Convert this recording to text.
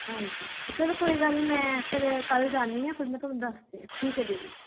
ਹਾਂਜੀ ਚਲੋ ਕੋਈ ਗੱਲ ਨਹੀਂ ਮੈਂ ਫਿਰ ਕੱਲ੍ਹ ਜਾਂਦੀ ਹਾਂ ਫਿਰ ਮੈਂ ਤੁਹਾਨੂੰ ਦੱਸਦੀ ਹਾਂ ਠੀਕ ਹੈ ਦੀਦੀ